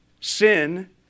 Sin